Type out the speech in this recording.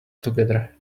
together